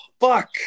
Fuck